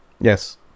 Yes